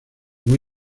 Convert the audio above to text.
muy